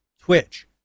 Twitch